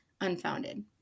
unfounded